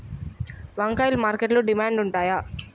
వంకాయలు మార్కెట్లో డిమాండ్ ఉంటాయా?